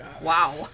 Wow